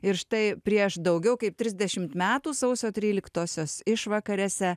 ir štai prieš daugiau kaip trisdešimt metų sausio tryliktosios išvakarėse